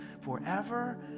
forever